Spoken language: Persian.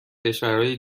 کشورهای